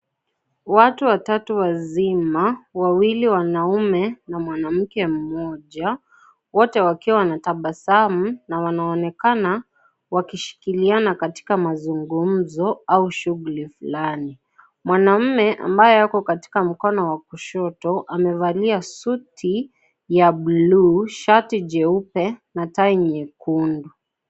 Watu watatu wazima wawili wanaume na mwanamke moja wote wakiwa wanatabasamu na wanaonekana waki wasiliana katika mazungumzo au shughuli fulani mwanaume ambaye ako katika mkono wa kushoto amevalia suti ya blue shati jeupe na tai nyekundu.